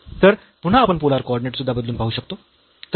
तर पुन्हा आपण पोलर कॉर्डिनेट सुद्धा बदलून पाहू शकतो